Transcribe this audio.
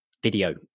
video